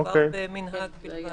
מדובר במנהג בלבד.